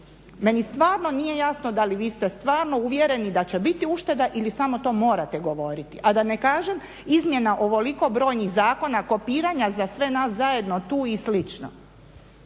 Meni stvarno nije jasno da li vi ste stvarno uvjereni da će biti ušteda ili samo to morate govoriti a da ne kažem izmjena ovoliko brojnih zakona, kopiranja za sve nas zajedno tu i